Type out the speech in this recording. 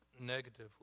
negatively